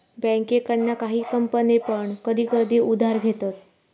बँकेकडना काही कंपने पण कधी कधी उधार घेतत